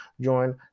join